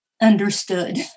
Understood